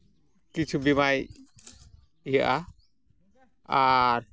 ᱠᱤᱪᱷᱩ ᱵᱤᱢᱟᱭ ᱤᱭᱟᱹᱜᱼᱟ ᱟᱨ